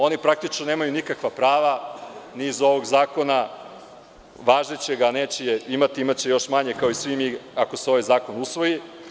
Oni praktično nemaju nikakva prava ni iz ovog zakona važećeg, a imaće još manje kao i svi mi ako se ovaj zakon usvoji.